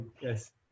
Yes